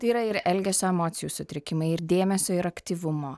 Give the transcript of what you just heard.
tai yra ir elgesio emocijų sutrikimai ir dėmesio ir aktyvumo